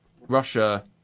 Russia